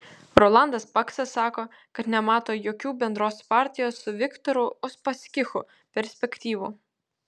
rolandas paksas sako kad nemato jokių bendros partijos su viktoru uspaskichu perspektyvų